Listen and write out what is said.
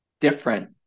different